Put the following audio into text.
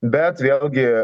bet vėlgi